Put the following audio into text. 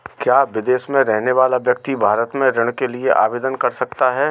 क्या विदेश में रहने वाला व्यक्ति भारत में ऋण के लिए आवेदन कर सकता है?